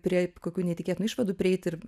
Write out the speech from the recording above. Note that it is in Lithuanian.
prie kokių neįtikėtų išvadų prieiti ir